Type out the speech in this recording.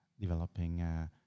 developing